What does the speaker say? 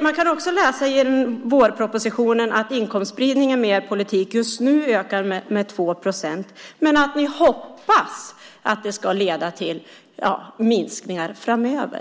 Man kan också läsa i vårpropositionen att inkomstspridningen med er politik just nu ökar med 2 procent men att ni hoppas att det ska leda till minskningar framöver.